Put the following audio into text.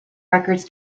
records